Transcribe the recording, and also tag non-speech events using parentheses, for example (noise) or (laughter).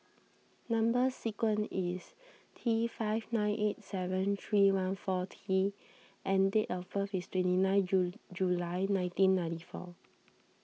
Number Sequence is T five nine eight seven three one four T and date of birth is twenty nine (unintelligible) July nineteen ninety four